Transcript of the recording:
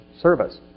service